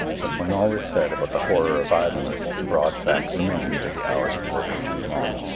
but when all is said about the horror of idleness the broad fact remains that the hours of work are too long.